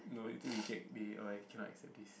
no later reject they or like cannot accept this